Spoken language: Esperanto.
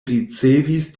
ricevis